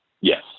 Yes